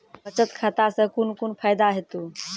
बचत खाता सऽ कून कून फायदा हेतु?